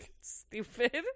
stupid